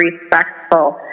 respectful